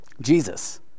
Jesus